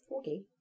Okay